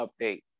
update